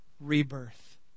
rebirth